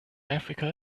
africa